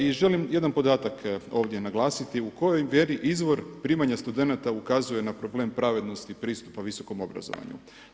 I želim jedan podatak ovdje naglasiti, u kojoj vjeri izvor primanja studenata ukazuje na problem pravednosti pristupa visokom obrazovanju.